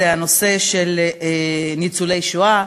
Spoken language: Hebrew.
זה הנושא של ניצולי שואה,